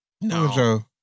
No